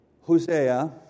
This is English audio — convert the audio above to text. Hosea